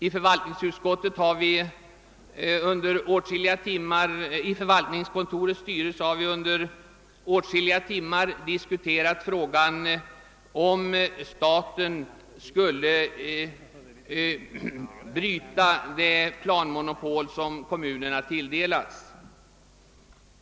I förvaltningskontorets styrelse har vi under åtskilliga timmar diskuterat frågan, huruvida staten borde bryta det planmonopol som kommunerna fått.